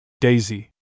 Daisy